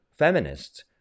Feminists